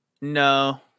No